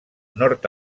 nord